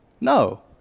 No